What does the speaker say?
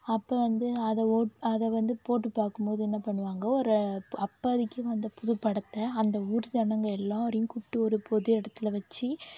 அப்போ வந்து அதை ஓ அதை வந்து போட்டு பார்க்கும்போது என்ன பண்ணுவாங்க ஒரு அப் அப்போதிக்கி வந்து புது படத்தை அந்த ஊர் ஜனங்கள் எல்லாேரையும் கூப்பிட்டு ஒரு பொது இடத்துல வச்சு